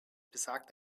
besagt